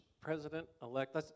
president-elect